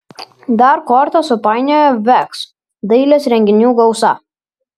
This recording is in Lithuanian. dar kortas supainiojo veks dailės renginių gausa